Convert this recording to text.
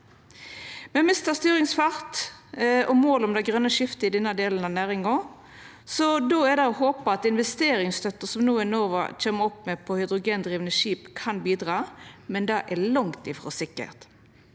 Me mistar styringsfart og mål på det grøne skiftet i den delen av næringa. Då er det å håpa at investeringsstøtta som Enova no kjem med for hydrogendrivne skip, kan bidra, men det er langt frå sikkert.